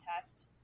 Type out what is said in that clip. test